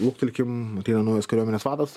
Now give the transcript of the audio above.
luktelkim atėjo naujas kariuomenės vadas